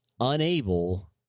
unable